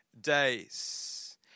days